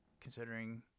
considering